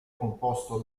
composto